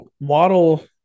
waddle